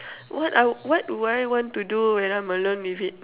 what I what will I want to do when I'm alone with it hmm